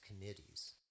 committees